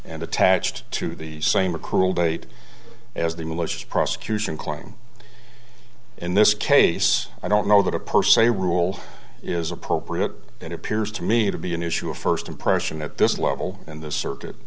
and attached to the same accrual date as the malicious prosecution claim in this case i don't know that a person a rule is appropriate and it appears to me to be an issue of first impression at this level in the circuit